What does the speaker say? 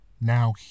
now